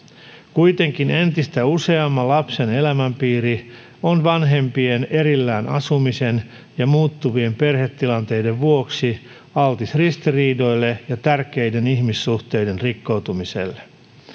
kuitenkin entistä useamman lapsen elämänpiiri on vanhempien erillään asumisen ja muuttuvien perhetilanteiden vuoksi altis ristiriidoille ja tärkeiden ihmissuhteiden rikkoutumiselle